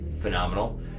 phenomenal